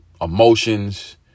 Emotions